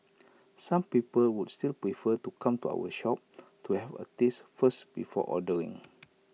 some people would still prefer to come to our shop to have A taste first before ordering